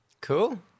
cool